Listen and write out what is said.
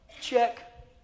Check